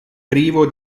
privo